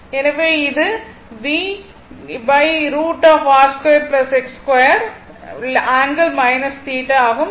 எனவே இது V√R2 X2 ∠ θ ஆகும்